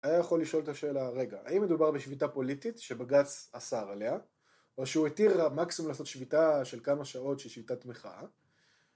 היה יכול לשאול את השאלה, רגע, האם מדובר בשביתה פוליטית שבג״צ אסר עליה או שהוא התיר מקסימום לעשות שביתה של כמה שעות שהיא שביתה תמיכה?